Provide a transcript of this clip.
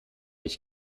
ich